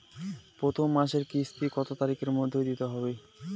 প্রথম মাসের কিস্তি কত তারিখের মধ্যেই দিতে হবে?